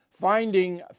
Finding